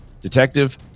Detective